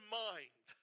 mind